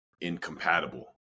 incompatible